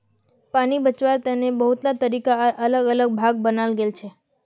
पानी बचवार तने बहुतला तरीका आर अलग अलग भाग बनाल गेल छे